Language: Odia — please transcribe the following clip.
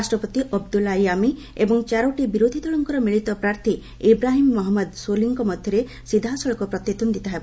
ରାଷ୍ଟ୍ରପତି ଅବ୍ଦୁଲା ୟାମି ଏବଂ ଚାରୋଟି ବିରୋଧୀଦଳଙ୍କର ମିଳିତ ପ୍ରାର୍ଥୀ ଇବ୍ରାହିମ୍ ମହଞ୍ମଦ ସୋଲିଙ୍କ ମଧ୍ୟରେ ସିଧାସଳଖ ପ୍ରତିଦ୍ୱନ୍ଦ୍ୱିତା ହେବ